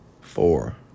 Four